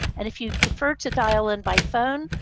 and if you prefer to dial in by phone,